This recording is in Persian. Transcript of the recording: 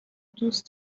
دوست